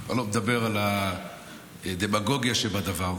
אני לא מדבר על הדמגוגיה שבדבר,